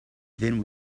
then